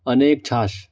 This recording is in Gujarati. અને એક છાશ